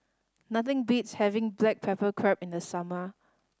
nothing beats having black pepper crab in the summer